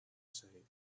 said